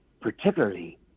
particularly